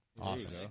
Awesome